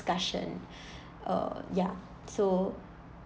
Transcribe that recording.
discussion uh ya so